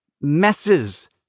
messes